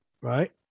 Right